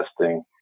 testing